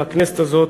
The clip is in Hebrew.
בכנסת הזאת.